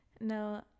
No